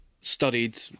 studied